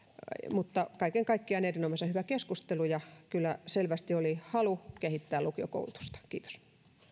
käytiin kaiken kaikkiaan erinomaisen hyvä keskustelu ja kyllä selvästi oli halu kehittää lukiokoulutusta kiitos